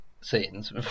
scenes